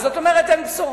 אז זאת אומרת שאין בשורה.